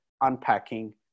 unpacking